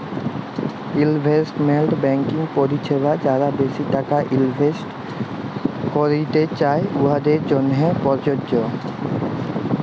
investment banking পরিছেবা যারা বেশি টাকা ইলভেস্ট ক্যইরতে চায়, উয়াদের জ্যনহে পরযজ্য